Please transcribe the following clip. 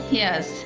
yes